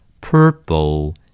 Purple